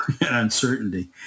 Uncertainty